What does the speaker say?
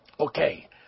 Okay